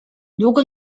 długo